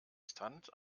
stunt